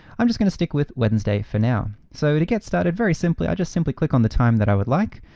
i'm just gonna stick with wednesday for now. so to get started very simply, i just simply click on the time that i would like.